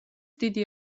დიდი